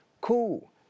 Cool